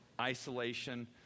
isolation